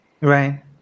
right